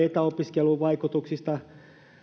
etäopiskelun vaikutuksista